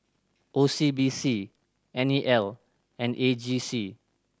O C B C N E L and A G C